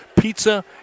pizza